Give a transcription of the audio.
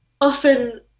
often